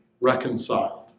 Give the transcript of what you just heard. reconciled